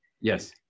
Yes